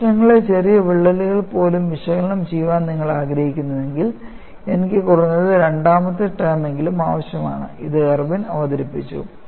പരീക്ഷണങ്ങളിലെ ചെറിയ വിള്ളലുകൾ പോലും വിശകലനം ചെയ്യാൻ നിങ്ങൾ ആഗ്രഹിക്കുന്നുവെങ്കിൽ എനിക്ക് കുറഞ്ഞത് രണ്ടാമത്തെ ടേം എങ്കിലും ആവശ്യമാണ് അത് ഇർവിൻ അവതരിപ്പിച്ചു